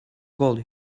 gold